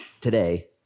today